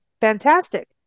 fantastic